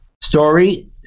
Story